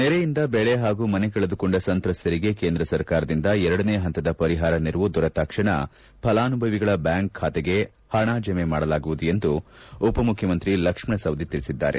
ನೆರೆಯಿಂದ ಬೆಳೆ ಹಾಗೂ ಮನೆ ಕಳೆದುಕೊಂಡ ಸಂತ್ರಸ್ತರಿಗೆ ಕೇಂದ್ರ ಸರ್ಕಾರದಿಂದ ಎರಡನೇ ಹಂತದ ಪರಿಹಾರ ನೆರವು ದೊರೆತಾಕ್ಷಣ ಫಲಾನುಭವಿಗಳ ಬ್ಯಾಂಕ್ ಖಾತೆಗೆ ಹಣ ಜಮೆ ಮಾಡಲಾಗುವುದು ಎಂದು ಉಪಮುಖ್ಯಮಂತ್ರಿ ಲಕ್ಷ್ಮಣ ಸವದಿ ತಿಳಿಸಿದ್ದಾರೆ